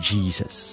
Jesus